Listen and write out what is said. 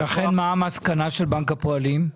ולכן מה המסקנה של בנק הפועלים?